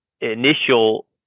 initial